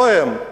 לא הם.